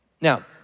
Now